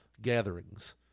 gatherings